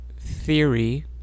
theory